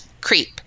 creep